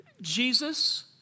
Jesus